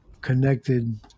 connected